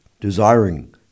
Desiring